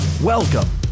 Welcome